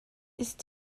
ist